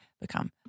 become